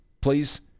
please